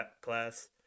class